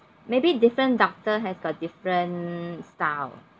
maybe different doctor has got different style